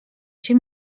się